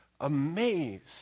amazed